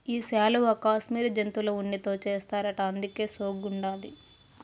ఈ శాలువా కాశ్మీరు జంతువుల ఉన్నితో చేస్తారట అందుకే సోగ్గుండాది